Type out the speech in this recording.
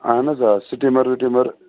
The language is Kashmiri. اہَن حظ آ سٹیٖمَر وٹیٖمَر